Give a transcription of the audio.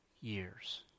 years